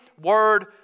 word